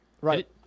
right